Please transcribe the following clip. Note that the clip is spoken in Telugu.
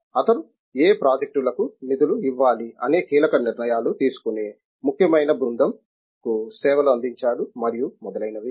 అతను ఏ ప్రాజెక్టులకు నిధులు ఇవ్వాలి అనే కీలక నిర్ణయాలు తీసుకునే ముఖ్యమైన బృందం కు సేవలు అందించాడుమరియు మొదలైనవి